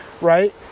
right